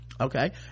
okay